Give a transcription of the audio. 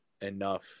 enough